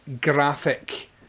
graphic